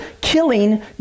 killing